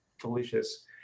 delicious